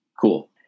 cool